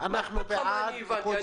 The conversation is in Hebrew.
כבוד היושב-ראש ----- אני הבנתי?